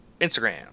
instagram